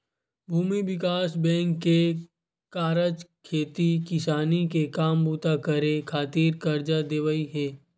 भूमि बिकास बेंक के कारज खेती किसानी के काम बूता करे खातिर करजा देवई हे